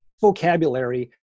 vocabulary –